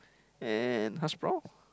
and hash brown